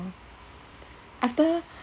after